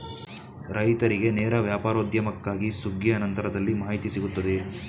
ರೈತರಿಗೆ ನೇರ ವ್ಯಾಪಾರೋದ್ಯಮಕ್ಕಾಗಿ ಸುಗ್ಗಿಯ ನಂತರದಲ್ಲಿ ಮಾಹಿತಿ ಸಿಗುತ್ತದೆಯೇ?